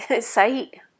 sight